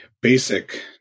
basic